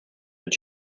did